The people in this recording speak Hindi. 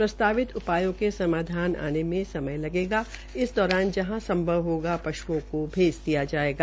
प्रस्तावित उपायो के समाधान आने में समय लगेगा इस दौरान जहां संभव होगा पश्ओं को भेज दिया जायेगा